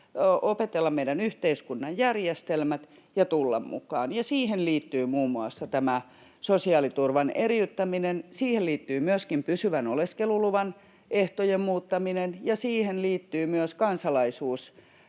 opetella meidän yhteiskunnan järjestelmät ja tulla mukaan. Siihen liittyy muun muassa tämä sosiaaliturvan eriyttäminen, siihen liittyy myöskin pysyvän oleskeluluvan ehtojen muuttaminen ja siihen liittyy myös kansalaisuuslain